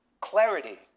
clarity